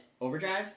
Overdrive